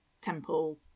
temple